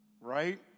right